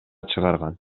чыгарган